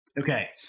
Okay